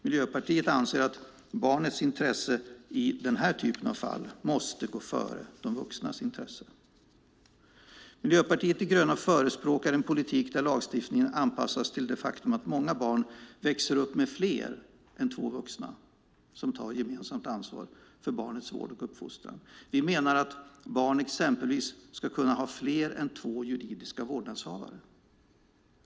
Miljöpartiet anser att barnets intresse i den här typen av fall måste gå före de vuxnas intressen. Miljöpartiet de gröna förespråkar en politik där lagstiftningen anpassas till det faktum att många barn växer upp med fler än två vuxna som tar gemensamt ansvar för barnets vård och uppfostran. Vi menar att barn exempelvis ska kunna ha fler än två juridiska vårdnadshavare.